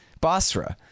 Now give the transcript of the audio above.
Basra